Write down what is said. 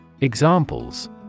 Examples